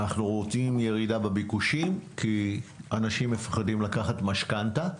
אנחנו רואים ירידה בביקושים כי אנשים מפחדים לקחת משכנתה.